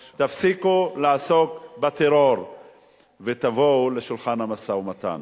אני אומר: תפסיקו לעסוק בטרור ותבואו לשולחן המשא-ומתן.